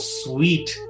sweet